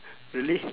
really